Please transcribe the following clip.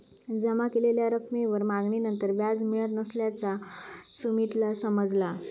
जमा केलेल्या रकमेवर मागणीनंतर व्याज मिळत नसल्याचा सुमीतला समजला